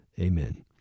Amen